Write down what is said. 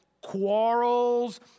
quarrels